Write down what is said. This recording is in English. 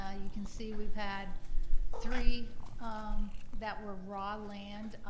ah you can see we've had three um that were raw land,